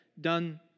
done